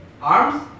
Arms